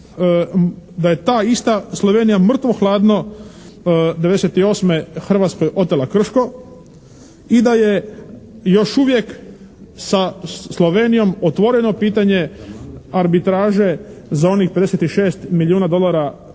Da je ta ista Slovenija mrtvo hladno 1998. Hrvatskoj otela Krško i da je još uvijek sa Slovenijom otvoreno pitanje arbitraže za onih 56 milijuna dolara struje